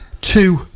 two